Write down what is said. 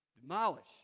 demolish